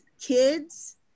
kids